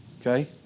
Okay